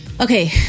Okay